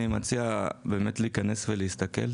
אני מציע להיכנס ולהסתכל,